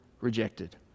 rejected